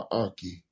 aki